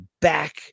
back